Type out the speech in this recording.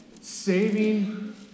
saving